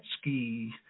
ski